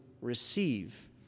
receive